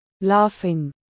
Laughing